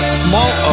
small